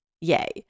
Yay